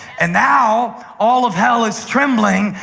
and now all of hell is trembling,